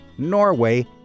Norway